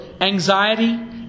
anxiety